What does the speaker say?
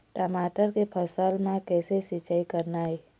टमाटर के फसल म किसे सिचाई करना ये?